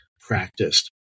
practiced